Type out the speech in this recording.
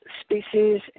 species